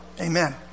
Amen